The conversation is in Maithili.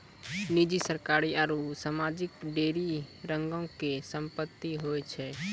निजी, सरकारी आरु समाजिक ढेरी रंगो के संपत्ति होय छै